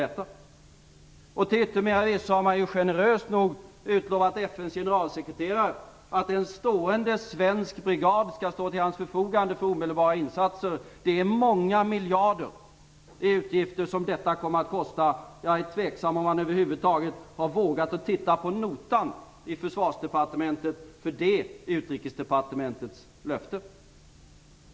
Till yttermera visso har man generöst nog utlovat FN:s generalsekreterare att en stående svensk brigad skall stå till hans förfogande för omedelbara insatser. Detta kommer att medföra flera miljarder i utgifter. Jag tvivlar på att man över huvud taget har vågat titta på notan i Försvarsdepartementet för detta löfte från Utrikesdepartementet.